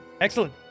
Excellent